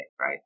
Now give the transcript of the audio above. right